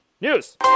News